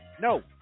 No